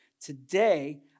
Today